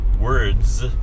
words